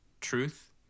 truth